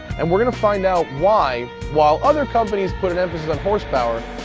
and we're going to find out why, while other companies put an emphasis on horsepower,